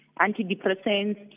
antidepressants